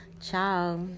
ciao